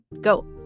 go